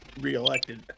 reelected